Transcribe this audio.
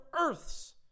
Earths